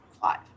five